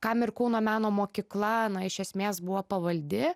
kam ir kauno meno mokykla na iš esmės buvo pavaldi